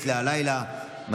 הלילה, שמית.